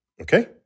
okay